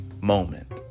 moment